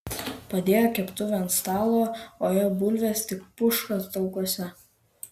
padėjo keptuvę ant stalo o joje bulvės tik puška taukuose